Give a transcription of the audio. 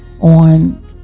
on